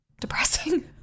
depressing